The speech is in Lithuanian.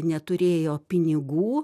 neturėjo pinigų